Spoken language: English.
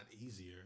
easier